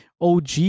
OG